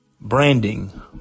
Branding